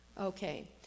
Okay